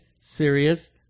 serious